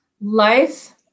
Life